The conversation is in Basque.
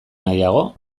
nahiago